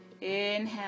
Inhale